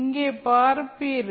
இங்கே பார்ப்பீர்கள்